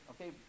okay